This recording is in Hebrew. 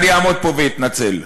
אעמוד פה ואתנצל.